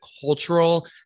cultural